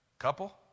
couple